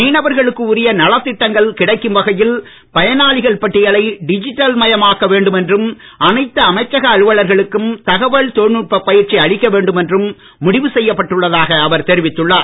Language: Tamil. மீனவர்களுக்கு உரிய நலத்திட்டங்கள் கிடைக்கும் வகையில் பயனாளிகள் பட்டியலை டிஜிட்டல் மயமாக்க வேண்டும் என்றும் அனைத்து அமைச்சக அலுவலகா்களுக்கும் தகவல் தொழில்நுட்ப பயிற்சி அளிக்க வேண்டும் என்றும் முடிவு செய்யப்பட்டுள்ளதாக அவர் தெரிவித்துள்ளார்